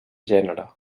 gènere